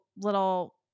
little